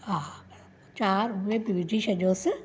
हा चारि उए बि विझी छॾियोसि